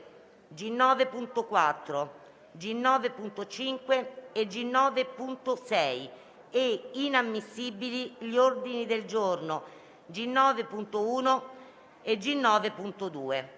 G9.4, G9.5 e G9.6 e inammissibili gli ordini del giorno G9.1 e G9.2.